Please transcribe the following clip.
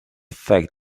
fact